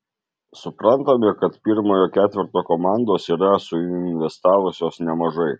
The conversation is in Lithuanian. suprantame kad pirmojo ketverto komandos yra suinvestavusios nemažai